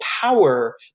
power